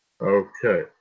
Okay